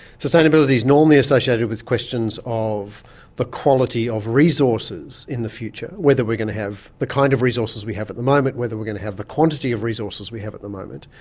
sustainability is normally associated with questions of the quality of resources in the future, whether we're going to have the kind of resources that we have at the moment, whether we're going to have the quantity of resources we have at the moment.